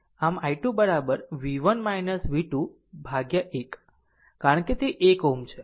આમ i 2 v1 v2 ભાગ્યા 1 કારણ કે તે 1 Ω છે